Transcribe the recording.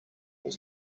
was